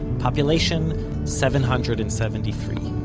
population seven hundred and seventy three.